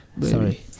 sorry